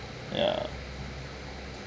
ya